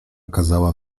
kazała